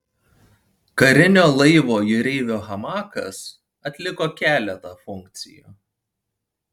karinio laivo jūreivio hamakas atliko keletą funkcijų